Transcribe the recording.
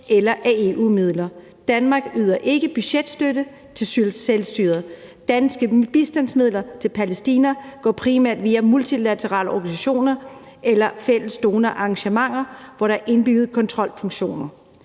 eller af EU-midler. Danmark yder ikke budgetstøtte til selvstyret; danske bistandsmidler til Palæstina går primært via multilaterale organisationer eller fælles donorarrangementer, hvor der er indbygget kontrolfunktioner.